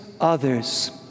others